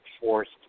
forced